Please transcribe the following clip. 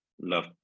Love